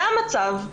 זה המצב.